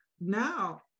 now